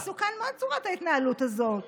מסוכנת מאוד צורת ההתנהלות הזאת.